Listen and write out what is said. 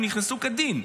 הם נכנסו כדין,